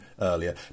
earlier